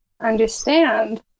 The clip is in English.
Understand